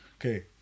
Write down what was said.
Okay